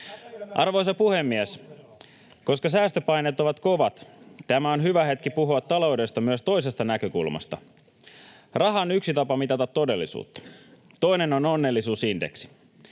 Arvoisa puhemies! Koska säästöpaineet ovat kovat, tämä on hyvä hetki puhua taloudesta myös toisesta näkökulmasta. Raha on yksi tapa mitata todellisuutta. Toinen on onnellisuusindeksi.